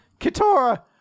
Kitora